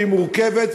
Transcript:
והיא מורכבת,